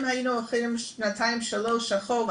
אם היינו הולכים שנתיים-שלוש אחורה